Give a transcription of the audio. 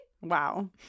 Wow